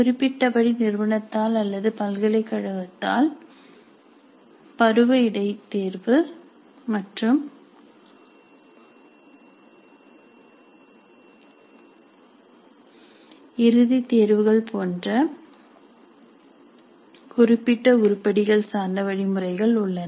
குறிப்பிட்டபடி நிறுவனத்தால் அல்லது பல்கலைக்கழகத்தால் பருவ இடைத்தேர்வு மற்றும் இறுதி தேர்வுகள் போன்ற குறிப்பிட்ட உருப்படிகள் சார்ந்த வழிமுறைகள் உள்ளன